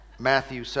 Matthew